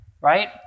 right